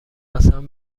قسم